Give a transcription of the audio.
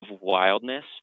wildness